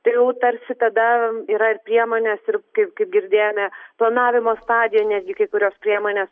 tai jau tarsi tada yra ir priemonės ir kaip kaip girdėjome planavimo stadijoj netgi kai kurios priemonės